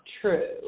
true